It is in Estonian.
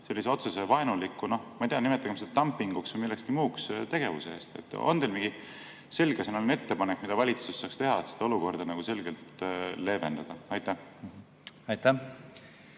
sellise otseselt vaenuliku – ma ei tea, nimetagem seda dumpinguks või millekski muuks – tegevuse eest. On teil mingi selgesõnaline ettepanek, mida valitsus saaks teha, et seda olukorda selgelt leevendada? Aitäh!